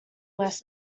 les